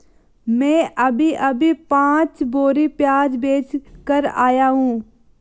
मैं अभी अभी पांच बोरी प्याज बेच कर आया हूं